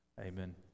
Amen